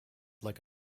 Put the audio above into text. like